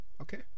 Okay